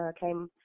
came